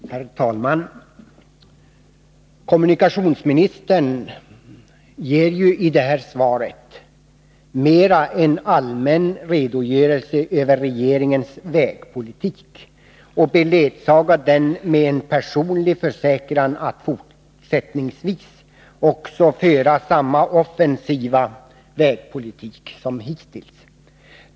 Herr talman! Kommunikationsministern ger i det här svaret mer en allmän redogörelse över regeringens vägpolitik och beledsagar den med en personlig försäkran att man också fortsättningsvis kommer att föra samma offensiva vägpolitik som hittills.